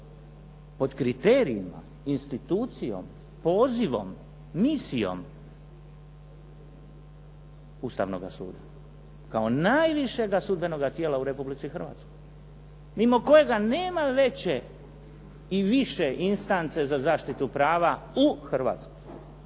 pod kriterijima, institucijom, pozivom, misijom Ustavnoga suda kao najvišega sudbenoga tijela u Republici Hrvatskoj mimo kojega nema veće i više instance za zaštitu prava u Hrvatskoj.